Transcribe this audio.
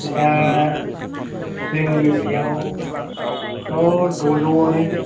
दा जोंनि बेयावथ' द'जौआनो